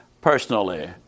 personally